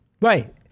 Right